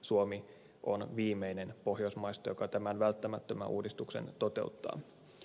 suomi on viimeinen pohjoismaista joka tämän välttämättömän uudistuksen toteuttaa